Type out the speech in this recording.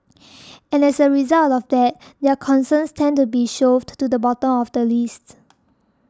and as a result of that their concerns tend to be shoved to the bottom of the list